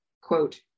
quote